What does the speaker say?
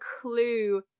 clue